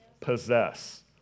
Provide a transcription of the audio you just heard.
Possess